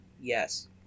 Yes